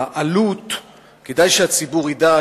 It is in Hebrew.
כדאי שהציבור ידע,